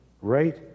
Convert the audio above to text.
right